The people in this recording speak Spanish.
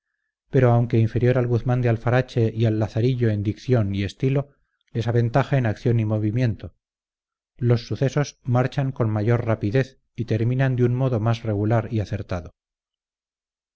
pero aunque inferior al guzmán de alfarache y al lazarillo en dicción y estilo les aventaja en acción y movimiento los sucesos marchan con mayor rapidez y terminan de un modo más regular y acertado